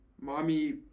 Mommy